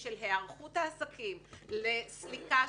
לי: אוקי,